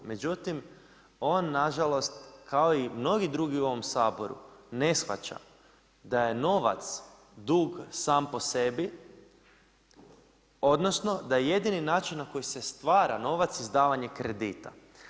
Međutim on nažalost kao i mnogi drugi u ovom Saboru ne shvaća da je novac dug sam po sebi odnosno da je jedini način na koji se stvara novac izdavanje kredita.